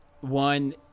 one